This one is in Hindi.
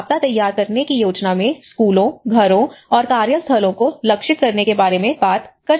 एक आपदा तैयार करने की योजना में स्कूलों घरों और कार्यस्थलों को लक्षित करने के बारे में बात कर सकती है